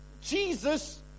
Jesus